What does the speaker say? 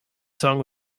song